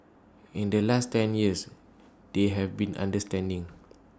in the last ten years they've been understanding